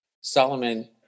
Solomon